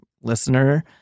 listener